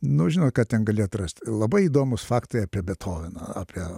nu žinot ką ten gali atrast labai įdomūs faktai apie bethoveną apie